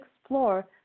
explore